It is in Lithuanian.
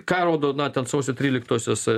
ką rodo na ten sausio tryliktosios